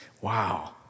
Wow